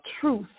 truth